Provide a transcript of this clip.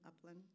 Upland